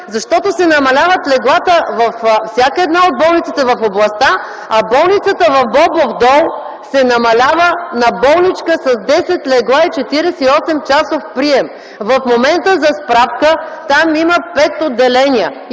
защото се намаляват леглата във всяка една от болниците в областта, а болницата в Бобов дол се намалява на болничка с 10 легла и 48-часов прием. В момента, за справка,0 там има пет отделения